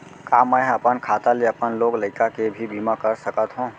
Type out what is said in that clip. का मैं ह अपन खाता ले अपन लोग लइका के भी बीमा कर सकत हो